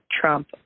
Trump